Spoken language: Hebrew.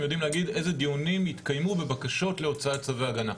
הם יודעים להגיד איזה דיונים התקיימו בבקשות להוצאת צווי הגנה.